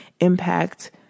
impact